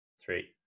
Three